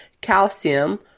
calcium